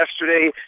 yesterday